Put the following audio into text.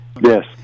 Yes